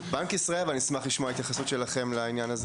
אני אשמח לשמוע את התייחסות בנק ישראל.